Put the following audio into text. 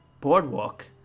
Boardwalk